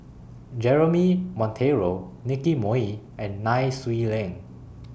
Jeremy Monteiro Nicky Moey and Nai Swee Leng